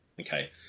okay